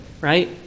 right